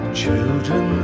children